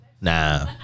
Nah